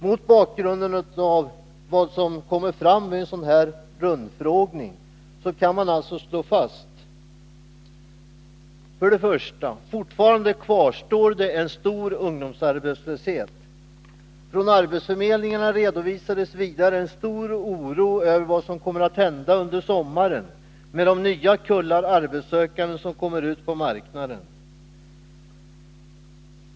Mot bakgrund av vad som kommer fram vid en sådan här rundfrågning kan alltså först och främst slås fast att det fortfarande kvarstår en stor ungdomsarbetslöshet. Från arbetsförmedlingarna redovisades vidare en stor ser inom den statliga förvaltningen oro för vad som kommer att hända under sommaren med de nya kullar arbetssökande som kommer ut på marknaden.